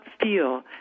feel